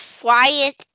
quiet